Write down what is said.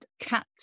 cat